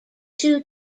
two